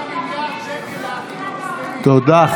תודה.